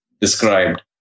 described